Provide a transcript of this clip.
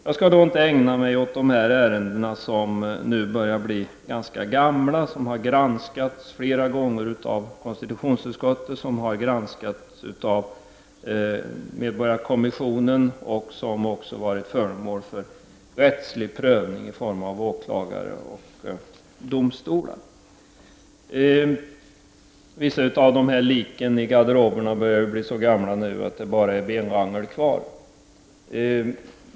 Jag skall inte ägna mig åt de ärenden som nu börjar bli ganska gamla, ärenden som har granskats flera gånger av konstitutionsutskottet och medborgarkommissionen och som dessutom har varit föremål för rättslig prövning vid domstolar. Vissa av liken i garderoben börjar bli så gamla att det är bara benrangel kvar.